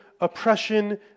oppression